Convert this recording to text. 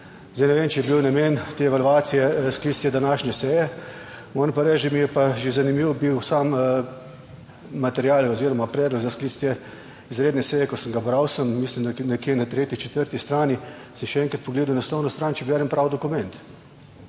Zdaj ne vem, če je bil namen te evalvacije sklic današnje seje. Moram pa reči, da mi je pa že zanimiv bil sam material oziroma predlog za sklic te izredne seje, ko sem ga bral, sem, mislim, da je nekje na tretji, četrti strani si še enkrat pogledal naslovno stran, če berem pravi dokument.